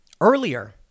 earlier